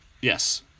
Yes